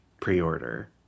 pre-order